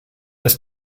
ist